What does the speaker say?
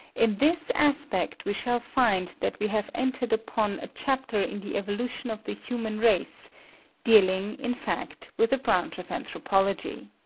in this aspect we shall find that we have entered upon a chapter in the evolution of the human race dealing, in fact, with a branch of anthropology.